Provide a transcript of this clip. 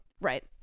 right